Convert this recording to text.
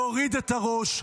להוריד את הראש,